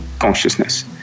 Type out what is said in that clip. consciousness